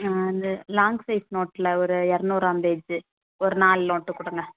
ஆ அந்த long size நோட்டில் ஒரு இரநூறாம் பேஜ்ஜு ஒரு நாலு நோட்டு கொடுங்க